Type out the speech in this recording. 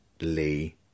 lee